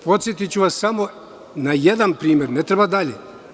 Podsetiću vas samo na jedan primer, ne treba dalje.